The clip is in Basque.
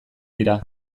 dira